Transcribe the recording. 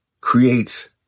creates